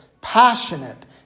passionate